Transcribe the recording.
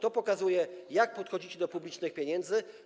To pokazuje, jak podchodzicie do publicznych pieniędzy.